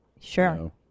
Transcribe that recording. Sure